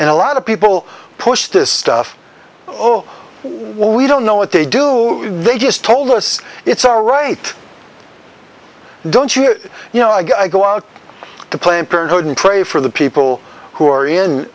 and a lot of people push this stuff oh well we don't know what they do they just told us it's all right don't you you know i go out to planned parenthood and pray for the people who are in